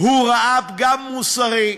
הוא ראה פגם מוסרי,